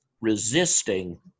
resisting